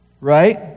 Right